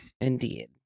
Indeed